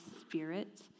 spirit